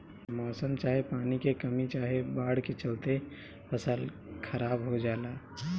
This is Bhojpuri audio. मौसम चाहे पानी के कमी चाहे बाढ़ के चलते फसल खराब हो जला